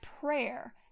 prayer